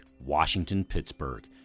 Washington-Pittsburgh